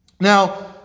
Now